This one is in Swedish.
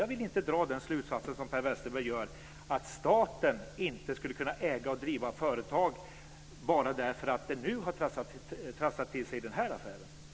Jag vill inte dra den slutsats som Per Westerberg gör, att staten inte skulle kunna äga och driva företag bara därför att det nu har trasslat till sig i den här affären.